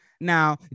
now